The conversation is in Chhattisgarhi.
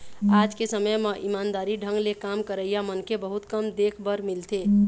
आज के समे म ईमानदारी ढंग ले काम करइया मनखे बहुत कम देख बर मिलथें